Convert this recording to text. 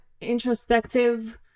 introspective